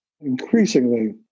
increasingly